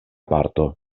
parto